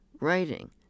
writing